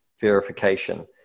verification